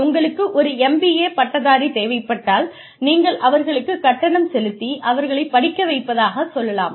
உங்களுக்கு ஒரு MBA பட்டதாரி தேவைப்பட்டால் நீங்கள் அவர்களுக்குக் கட்டணம் செலுத்தி அவர்களைப் படிக்க வைப்பதாக சொல்லாம்